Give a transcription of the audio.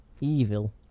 evil